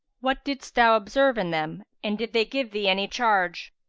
what didst thou observe in them and did they give thee any charge?